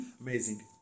amazing